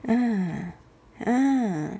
ah ah